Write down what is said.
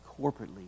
corporately